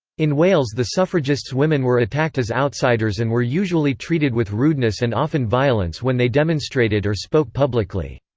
in wales the suffragists women were attacked as outsiders and were usually treated with rudeness and often violence when they demonstrated or spoke publicly.